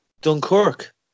Dunkirk